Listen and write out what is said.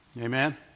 Amen